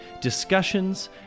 discussions